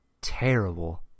terrible